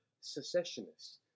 secessionists